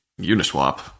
Uniswap